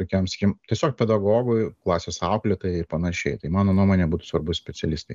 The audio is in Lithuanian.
tokiam sakykim tiesiog pedagogui klasės auklėtojai ir panašiai tai mano nuomone būtų svarbu specialistai